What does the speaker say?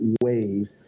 wave